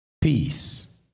peace